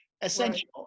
essential